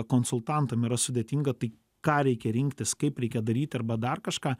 konsultantam yra sudėtinga tai ką reikia rinktis kaip reikia daryt arba dar kažką